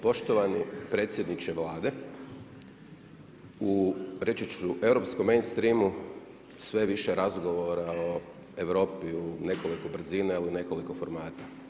Poštovani predsjedniče Vlade, u reći ću europskom mainstreamu, sve više razgovora o Europi u nekoliko brzina, u nekoliko formata.